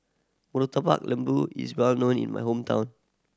Murtabak Lembu is well known in my hometown